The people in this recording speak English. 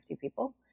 people